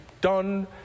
done